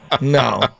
no